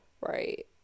Right